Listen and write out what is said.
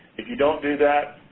if you don't do that,